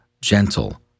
gentle